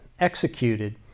executed